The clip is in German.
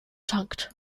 takt